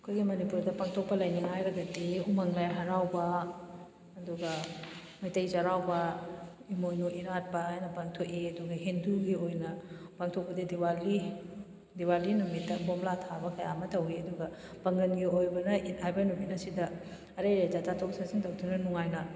ꯑꯩꯈꯣꯏꯒꯤ ꯃꯅꯤꯄꯨꯔꯗ ꯄꯥꯡꯊꯣꯛꯄ ꯂꯥꯏꯅꯤꯡ ꯍꯥꯏꯔꯒꯗꯤ ꯎꯃꯪ ꯂꯥꯏ ꯍꯔꯥꯎꯕ ꯑꯗꯨꯒ ꯃꯩꯇꯩ ꯆꯩꯔꯥꯎꯕ ꯏꯃꯣꯏꯅꯨ ꯏꯔꯥꯠꯄ ꯍꯥꯏꯅ ꯄꯥꯡꯊꯣꯛꯏ ꯑꯗꯨꯒ ꯍꯤꯟꯗꯨꯒꯤ ꯑꯣꯏꯅ ꯄꯥꯡꯊꯣꯛꯄꯗꯤ ꯗꯤꯋꯥꯂꯤ ꯗꯤꯋꯥꯂꯤ ꯅꯨꯃꯤꯠꯇ ꯕꯣꯝꯕꯨꯂꯥ ꯊꯥꯕ ꯀꯌꯥ ꯑꯃ ꯇꯧꯏ ꯑꯗꯨꯒ ꯄꯥꯉꯟꯒꯤ ꯑꯣꯏꯕꯗꯅ ꯏꯗ ꯍꯥꯏꯕ ꯅꯨꯃꯤꯠ ꯑꯁꯤꯗ ꯑꯔꯩ ꯂꯩꯇ ꯇꯥꯊꯣꯛ ꯇꯥꯁꯤꯟ ꯇꯧꯗꯨꯅ ꯅꯨꯡꯉꯥꯏꯅ